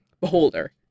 beholder